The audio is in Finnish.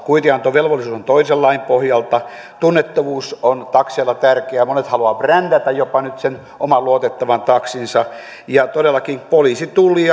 kuitinantovelvollisuus on toisen lain pohjalta tunnettavuus on takseilla tärkeä monet haluavat jopa brändätä nyt sen oman luotettavan taksinsa ja todellakin poliisi tulli